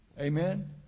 Amen